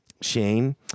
Shane